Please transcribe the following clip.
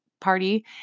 party